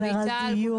מיטל,